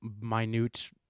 minute